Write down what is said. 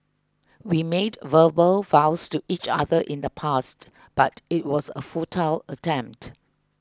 we made verbal vows to each other in the past but it was a futile attempt